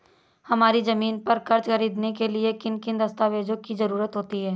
हमारी ज़मीन पर कर्ज ख़रीदने के लिए किन किन दस्तावेजों की जरूरत होती है?